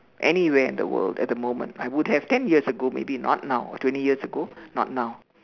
anywhere in the world at the moment I would have ten years ago maybe not now twenty years ago not now